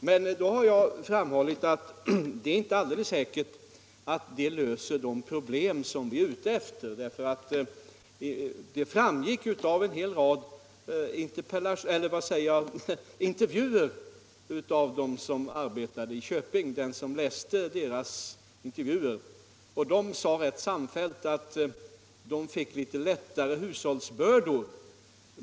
Jag har emellertid framhållit att det inte är alldeles säkert att detta löser de problem som vi är ute efter. Det framgick av många intervjuer med dem som arbetade i Köping. Den som läste dessa intervjuer vet att de intervjuade ganska samfällt sade att de fick litet lättare hushållsbördor.